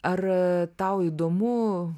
ar tau įdomu